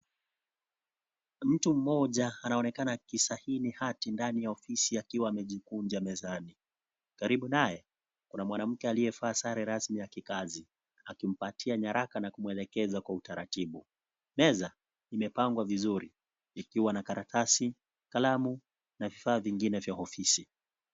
Mtu mmoja anaonekana akisahihi hati ndani ya ofisi akiwa amejikunja mezani karibu naye kuna mwanamke aliyevaa sare rasmi ya kazi akimpatia nyaraka na kumuelekeza kwa utaratibu, meza imepangwa vizuri ikiwa na karatasi, kalamu na vifaa vingine vya ofisi.